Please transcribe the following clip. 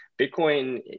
Bitcoin